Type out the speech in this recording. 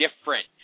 different